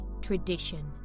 tradition